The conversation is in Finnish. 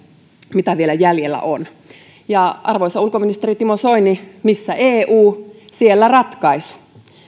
mitä vielä jäljellä on arvoisa ulkoministeri timo soini missä eu siellä ratkaisu